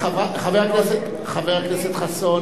חבר הכנסת חסון,